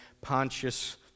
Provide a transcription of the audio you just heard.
Pontius